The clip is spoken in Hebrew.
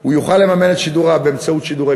הוא יוכל לממן את שידוריו באמצעות שידורי